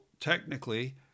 technically